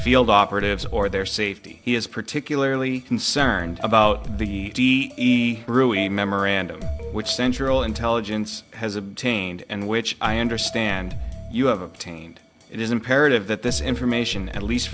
field operatives or their safety he is particularly concerned about the memorandum which central intelligence has obtained and which i understand you have obtained it is imperative that this information at least